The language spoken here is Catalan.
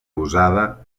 usada